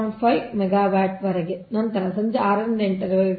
5 megawatt ವರೆಗೆ ನಂತರ ಸಂಜೆ 6 ರಿಂದ 8 ರವರೆಗೆ 1